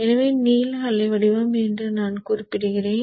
எனவே நீல அலைவடிவம் என்று குறிப்பிடுகிறேன்